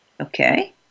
Okay